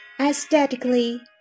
Aesthetically